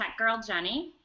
TechGirlJenny